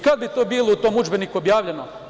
Kad bi to bilo u tom udžbeniku objavljeno?